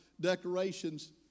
decorations